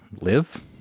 live